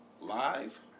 live